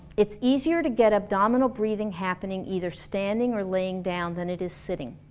it's easier to get abdominal breathing happening either standing or laying down than it is sitting.